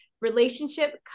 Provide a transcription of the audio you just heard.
relationship